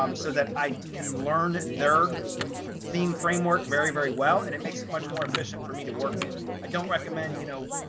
um so that i can learn their theme framework very, very well. and it makes it much more efficient for me to work in, i don't recommend, you know,